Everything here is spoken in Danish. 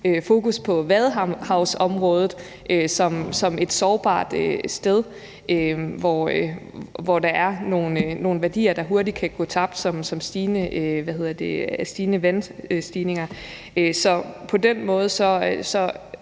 fokus på Vadehavsområdet som et sårbart sted, hvor der er nogle værdier, der hurtigt kan gå tabt ved stigende vandstande. Så på den måde